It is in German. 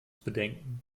bedenken